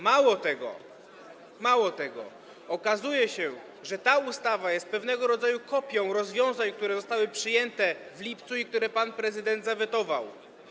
Mało tego, okazuje się, że ta ustawa jest pewnego rodzaju kopią rozwiązań, które zostały przyjęte w lipcu i które pan prezydent zawetował.